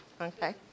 Okay